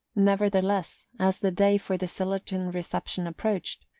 nevertheless, as the day for the sillerton reception approached,